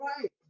right